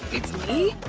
it's me!